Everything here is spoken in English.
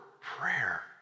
Prayer